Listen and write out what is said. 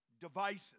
devices